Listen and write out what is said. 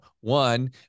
One